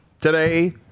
today